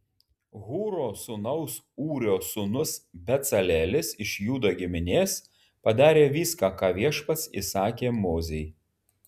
hūro sūnaus ūrio sūnus becalelis iš judo giminės padarė viską ką viešpats įsakė mozei